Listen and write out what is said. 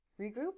regroup